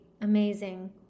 amazing